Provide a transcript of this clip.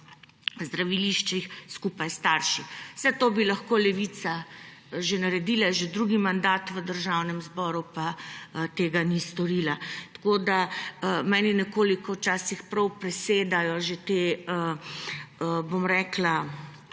zdraviliščih skupaj s starši. Vse to bi lahko Levica že naredila, je že drugi mandat v Državnem zboru, pa tega ni storila. Meni včasih nekoliko že prav presedajo ta, bom rekla,